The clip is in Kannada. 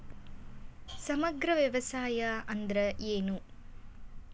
ಸಮಗ್ರ ವ್ಯವಸಾಯ ಅಂದ್ರ ಏನು?